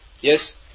yes